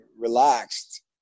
relaxed